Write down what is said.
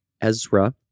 Ezra